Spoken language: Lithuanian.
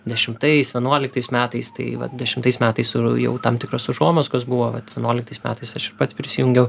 dešimtais vienuoliktais metais tai vat dešimtais metais jau tam tikros užuomazgos buvo vat vienuoliktais metais aš ir pats prisijungiau